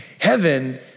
Heaven